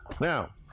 Now